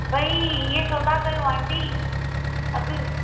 भई इह छो था कयो आंटी अघु